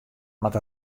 moat